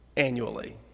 Annually